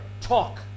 talk